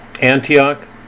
Antioch